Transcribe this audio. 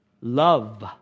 Love